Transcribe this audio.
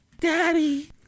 Daddy